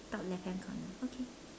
top left hand corner okay